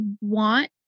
want